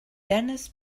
dennis